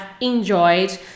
enjoyed